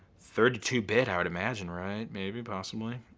thirty two bit i would imagine, right? maybe, possibly.